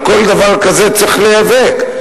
על כל דבר כזה צריך להיאבק,